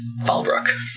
Falbrook